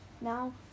Now